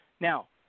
Now